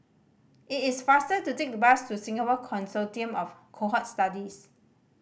it is faster to take the bus to Singapore Consortium of Cohort Studies